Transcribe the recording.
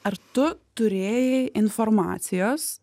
ar tu turėjai informacijos